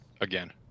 again